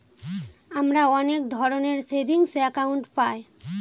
আমরা অনেক ধরনের সেভিংস একাউন্ট পায়